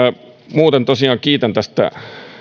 muuten tosiaan kiitän tästä